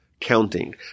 counting